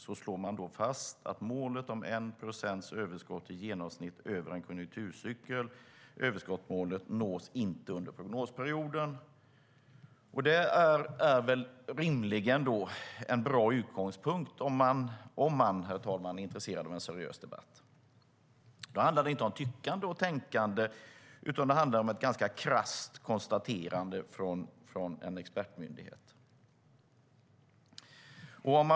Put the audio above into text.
Man slår fast att målet om 1 procents överskott i genomsnitt över en konjunkturcykel inte nås under prognosperioden. Det är rimligen en bra utgångspunkt om man, herr talman, är intresserad av en seriös debatt. Då handlar det inte om tyckande och tänkande, utan det handlar om ett ganska krasst konstaterande från en expertmyndighet.